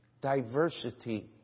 diversity